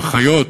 האחיות,